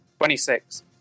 26